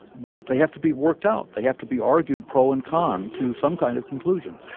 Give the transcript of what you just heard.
but they have to be worked out, they have to be argued pro and con to some kind of conclusion.